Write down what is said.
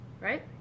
Right